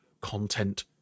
content